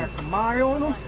tomorrow